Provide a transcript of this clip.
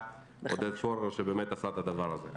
עודד פורר שבאמת עשה את הדבר הזה.